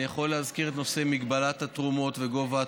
אני יכול להזכיר את נושא מגבלת התרומות וגובה התרומות.